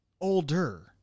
older